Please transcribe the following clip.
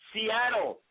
Seattle